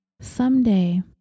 someday